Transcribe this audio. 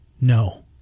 No